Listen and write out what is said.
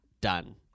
done